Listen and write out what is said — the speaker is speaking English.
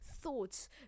thoughts